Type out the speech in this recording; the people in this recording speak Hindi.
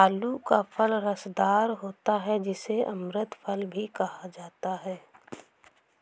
आलू का फल रसदार होता है जिसे अमृत फल भी कहा जाता है